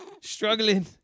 Struggling